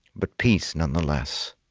but peace nonetheless.